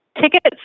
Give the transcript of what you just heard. tickets